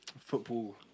football